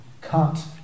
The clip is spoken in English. cut